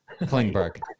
Klingberg